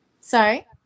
Sorry